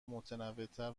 متنوعتر